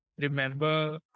remember